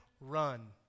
Run